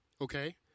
Okay